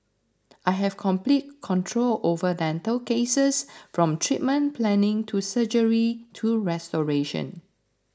I have complete control over dental cases from treatment planning to surgery to restoration